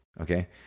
Okay